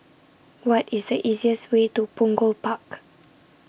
What IS The easiest Way to Punggol Park